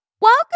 Welcome